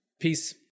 Peace